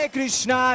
Krishna